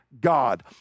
God